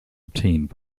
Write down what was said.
obtained